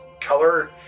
color